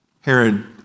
Herod